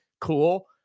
cool